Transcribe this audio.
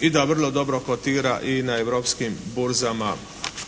i da vrlo dobro kotira i na europskim burzama,